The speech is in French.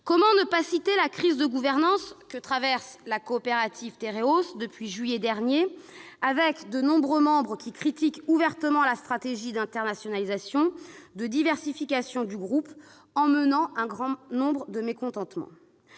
comment ne pas évoquer la crise de gouvernance que traverse la coopérative Tereos depuis juillet dernier ? De nombreux membres critiquent ouvertement la stratégie d'internationalisation et de diversification du groupe, laquelle suscite un grand nombre de mécontentements.